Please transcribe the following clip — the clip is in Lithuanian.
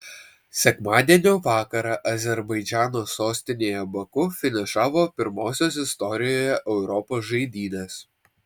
sekmadienio vakarą azerbaidžano sostinėje baku finišavo pirmosios istorijoje europos žaidynės